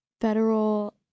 federal